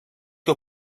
que